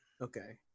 Okay